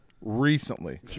Recently